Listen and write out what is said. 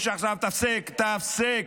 יש עכשיו --- רגע, מאיר,